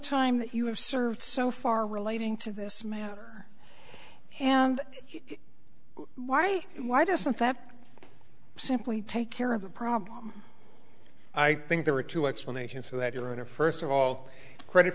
time that you have served so far relating to this matter and why why doesn't that simply take care of the problem i think there are two explanations for that your honor first of all credit